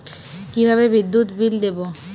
কিভাবে বিদ্যুৎ বিল দেবো?